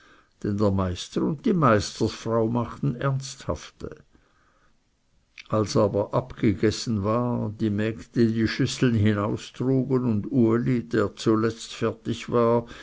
der meister und die meisterfrau machten ernsthafte als aber abgegessen war die mägde die schüsseln hinaustrugen und uli der zuletzt fertig war